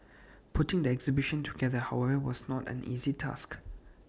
putting the exhibition together however was not an easy task